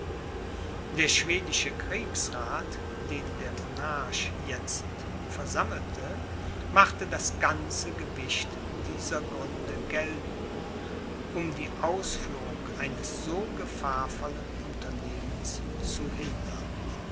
der schwedische kriegsrath den der monarch jetzt versammelte machte das ganze gewicht dieser gründe gelten um die ausführung eines so gefahrvollen unternehmens zu hindern